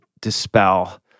dispel